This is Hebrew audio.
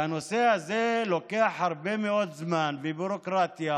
והנושא הזה לוקח הרבה מאוד זמן וביורוקרטיה,